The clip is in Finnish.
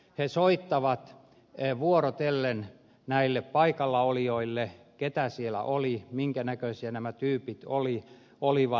he soittavat vuorotellen näille paikalla olijoille keitä siellä oli minkä näköisiä nämä tyypit olivat